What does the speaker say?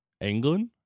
England